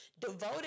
devoted